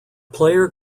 player